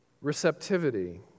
Receptivity